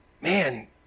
man